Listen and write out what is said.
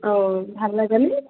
অঁ ভাল লাগেনে